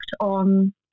on